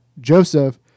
Joseph